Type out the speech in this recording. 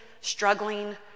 struggling